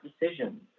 decisions